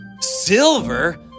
Silver